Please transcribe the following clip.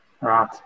Right